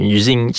using